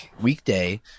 weekday